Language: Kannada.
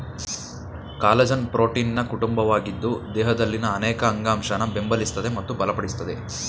ಕಾಲಜನ್ ಪ್ರೋಟೀನ್ನ ಕುಟುಂಬವಾಗಿದ್ದು ದೇಹದಲ್ಲಿನ ಅನೇಕ ಅಂಗಾಂಶನ ಬೆಂಬಲಿಸ್ತದೆ ಮತ್ತು ಬಲಪಡಿಸ್ತದೆ